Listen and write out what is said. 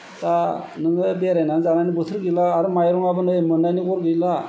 दा नोङो बेरायनानै जानानै बोथोर गैला आरो माइरंआबो नै मोननायनि गर गैला